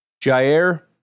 Jair